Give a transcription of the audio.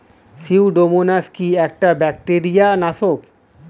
Pseudomonas কি একটা bacteria নাশক?